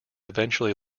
eventually